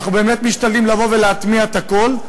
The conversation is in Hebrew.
אנחנו באמת משתדלים להטמיע הכול.